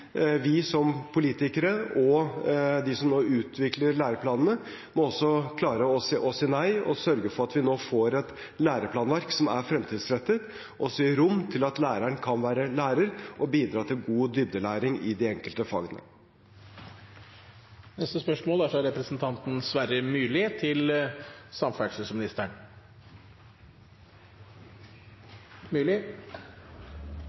politikere og de som nå utvikler læreplanene, må også klare å si nei og sørge for at vi nå får et læreplanverk som er fremtidsrettet, og som gir rom for at læreren kan være lærer og bidra til god dybdelæring i de enkelte fagene.